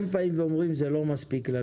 הם באים ואומרים שזה לא מספיק,